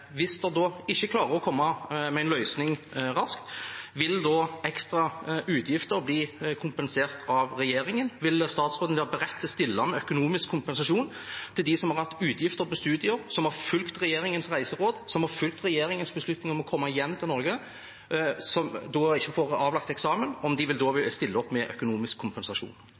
ikke klarer å komme med en løsning raskt? Vil statsråden være beredt til å stille med økonomisk kompensasjon til de som har hatt utgifter til studier, som har fulgt regjeringens reiseråd, som har fulgt regjeringens beslutning om å komme hjem til Norge, og som ikke får avlagt eksamen? Vil regjeringen da stille opp med økonomisk kompensasjon?